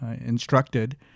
instructed